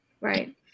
Right